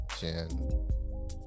Jen